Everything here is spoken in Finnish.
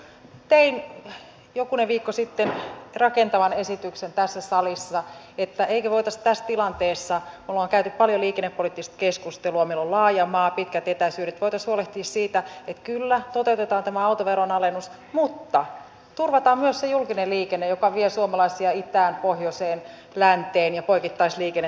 tein jokunen viikko sitten rakentavan esityksen tässä salissa siitä emmekö voisi tässä tilanteessa me olemme käyneet paljon liikennepoliittista keskustelua meillä on laaja maa pitkät etäisyydet huolehtia siitä että kyllä toteutetaan tämä autoveron alennus mutta turvataan myös se julkinen liikenne joka vie suomalaisia itään pohjoiseen länteen ja poikittain tässä maassa